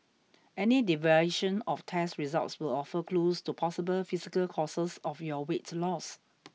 any deviation of test results will offer clues to possible physical causes of your weight loss